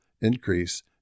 increase